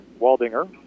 Waldinger